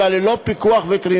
אלא זה ללא פיקוח וטרינרי,